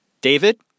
David